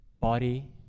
body